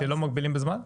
שלא מגבילים בזמן?